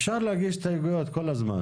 אפשר להגיש כל הזמן הסתייגויות.